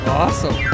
awesome